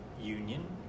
union